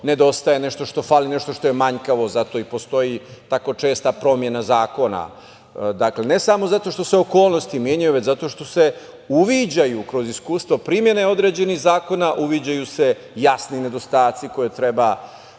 nedostaje, nešto što fali, nešto što je manjkavo zato i postoji tako česta promena zakona. Dakle, ne samo zato što se okolnosti menjaju, već zato što se uviđaju kroz iskustvo primene određenih zakona, uviđaju se jasni nedostaci koje treba